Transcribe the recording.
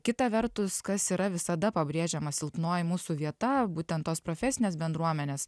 kita vertus kas yra visada pabrėžiama silpnoji mūsų vieta būtent tos profesinės bendruomenės